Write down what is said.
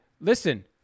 listen